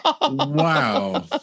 Wow